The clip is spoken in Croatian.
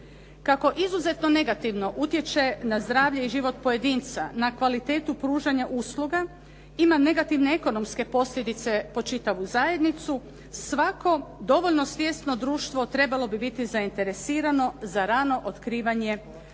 Kako izuzetno negativno utječe na zdravlje i život pojedinca, na kvalitetu pružanja usluga, ima negativne ekonomske posljedice po čitavu zajednicu, svako dovoljno svjesno društvo trebalo bi biti zainteresirano za rano otkrivanje i